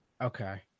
okay